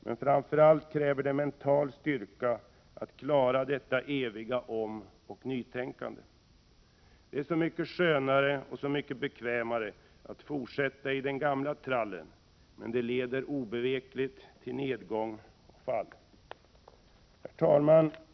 Men framför allt kräver det mental styrka att klara detta eviga omoch nytänkande. Det är så mycket skönare och bekvämare att fortsätta i den gamla trallen — men det leder obevekligt till nedgång och fall. Herr talman!